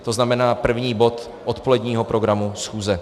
To znamená první bod odpoledního programu schůze.